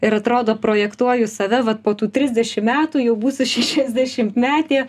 ir atrodo projektuoju į save vat po tų trisdešim metų jau būsiu šešiasdešimtmetė